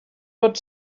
pot